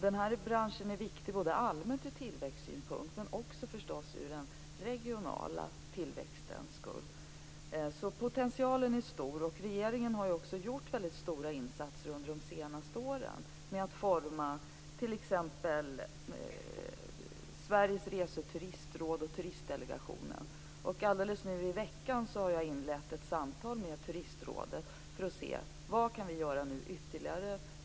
Den här branschen är viktig både allmänt och ur tillväxtsynpunkt men också förstås med tanke på den regionala tillväxten. Potentialen är alltså stor. Regeringen har också gjort väldigt stora insatser under de senaste åren med att forma t.ex. Sveriges Rese och Turistråd och Turistdelegationen. Och nu i veckan har jag inlett ett samtal med Turistrådet för att se vad vi ytterligare kan göra.